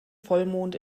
vollmond